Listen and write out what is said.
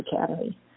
academy